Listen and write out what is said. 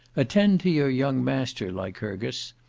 attend to your young master, lycurgus,